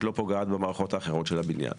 לא פוגעת במערכות האחרות של הבניין.